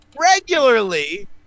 regularly